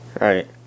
Right